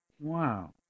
Wow